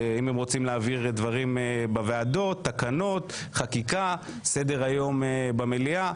אם זה להעביר תקנות, חקיקה, סדר יום במליאה.